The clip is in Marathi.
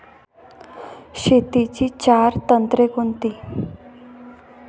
शेतीची चार तंत्रे कोणती?